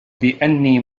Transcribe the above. بأني